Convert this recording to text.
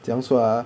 怎样说 ah